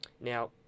Now